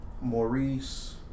Maurice